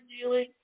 dealing